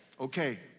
okay